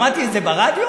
שמעתי את זה ברדיו.